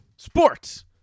Sports